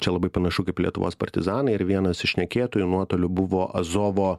ne čia labai panašu kaip lietuvos partizanai ir vienas iš šnekėtojų nuotoliu buvo azovo